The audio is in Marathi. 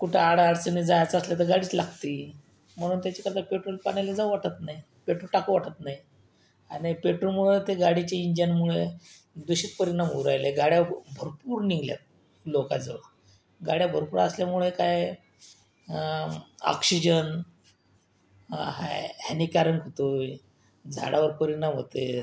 कुठं आड अडचणीत जायचं असलं तर गाडीच लागते म्हणून त्याच्याकडलं पेट्रोल पाण्याला जावंसं वाटत नाही पेट्रोल टाकावं वाटत नाही आणि पेट्रोलमुळं ते गाडीची इंजनमुळे दूषित परिणाम होऊ राहिले गाड्या भ भरपूर निघाल्यात लोकांजवळ गाड्या भरपूर असल्यामुळे काय आहे आक्शिजन आहे हानिकारक होतो आहे झाडावर परिणाम होतो